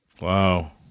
Wow